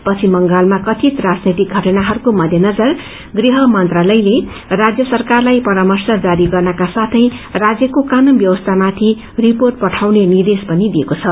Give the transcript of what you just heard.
पश्चिम बंगालमा कथित राजनैतिक घटनाहरूको मध्यनजर गृह मन्त्रालयले राज्य सरकारलाई परामर्श जारी गर्नका साथै राज्यको कानून व्यवस्थामाथि रिपोर्ट पठाउने निर्देश पनि दिएको छ